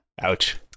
ouch